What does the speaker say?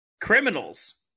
Criminals